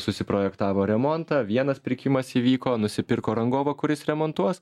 susiprojektavo remontą vienas pirkimas įvyko nusipirko rangovą kuris remontuos